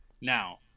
Now